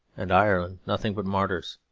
and ireland nothing but martyrs.